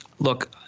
Look